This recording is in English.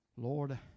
Lord